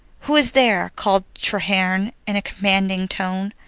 who is there? called treherne in a commanding tone.